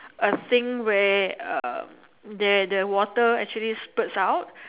a thing where uh there the water actually spurts out